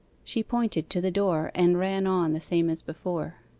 she pointed to the door, and ran on the same as before.